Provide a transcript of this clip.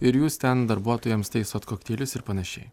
ir jūs ten darbuotojams taisot kokteilius ir panašiai